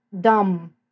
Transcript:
dumb